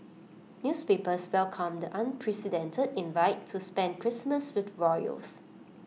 newspapers welcomed the unprecedented invite to spend Christmas with the royals